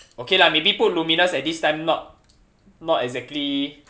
okay lah maybe put lumiNUS at this time not not exactly